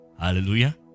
Hallelujah